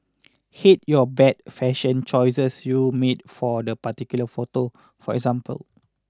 hate your bad fashion choices you made for the particular photo for example